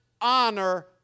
honor